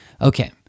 Okay